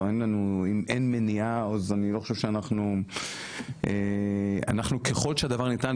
אם אין מניעה אז אני לא חושב שאנחנו- -- ככל שהדבר ניתן,